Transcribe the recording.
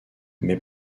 mais